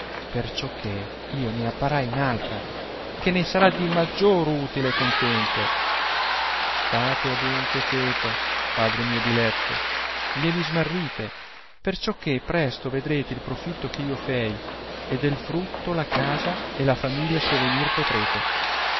vostro perciò che io ne apparai un'altra che ne sarà di maggior utile e contento state adunque cheto padre mio diletto né vi smarrite perciò che presto vedrete il profitto che io fei e del frutto la casa e la famiglia sovenir potrete